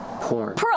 porn